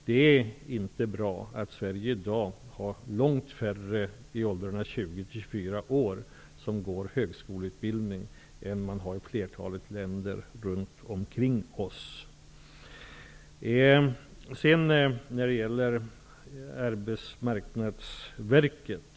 Det är ju inte bra att Sverige i dag har långt färre ungdomar i åldrarna 20--24 år i högskoleutbildning än flertalet länder runt om Sedan till frågan om Arbetsmarknadsverket.